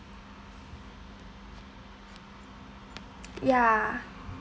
ya